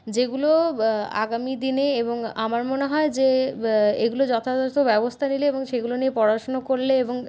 যেগুলো আগামী দিনে এবং আমার মনে হয় যে এগুলো যথাযথ ব্যবস্থা নিলে এবং সেগুলো নিয়ে পড়াশোনা করলে এবং